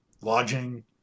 lodging